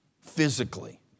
physically